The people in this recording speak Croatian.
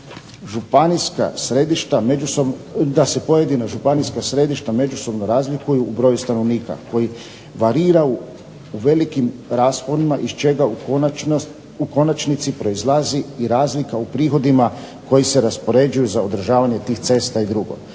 da se pojedina županijska središta međusobno razlikuju u broju stanovnika koji parira u velikim rasponima iz čega u konačnici proizlazi i razlika u prihodima koji se raspoređuju za održavanje tih cesta i drugo.